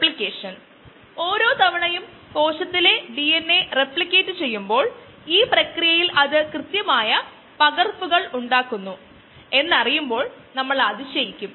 ഗ്ലൂക്കോസിന്റെ നിർദ്ദിഷ്ട വളർച്ചാ നിരക്ക് ലാക്ടോസിന്റെ നിർദ്ദിഷ്ട വളർച്ചാ നിരക്കിനേക്കാൾ കൂടുതലായിരിക്കും